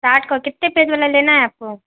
ساٹھ کا کتے پیج والا لینا ہے آپ کو